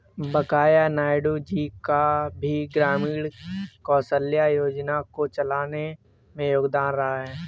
वैंकैया नायडू जी का भी ग्रामीण कौशल्या योजना को चलाने में योगदान रहा है